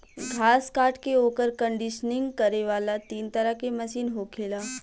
घास काट के ओकर कंडीशनिंग करे वाला तीन तरह के मशीन होखेला